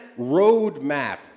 roadmap